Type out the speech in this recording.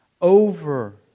Over